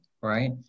right